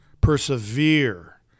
persevere